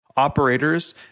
operators